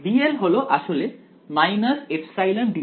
তাই dl হলো আসলে ε dθ